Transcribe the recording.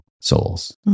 souls